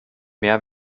mehr